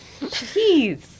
Jeez